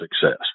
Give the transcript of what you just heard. success